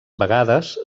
vegades